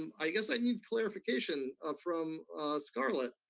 um i guess i need clarification from scarlett.